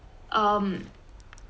um